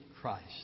Christ